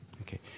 Okay